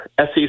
SEC